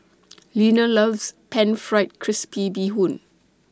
Linna loves Pan Fried Crispy Bee Hoon